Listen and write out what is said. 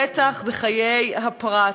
בטח בחיי הפרט.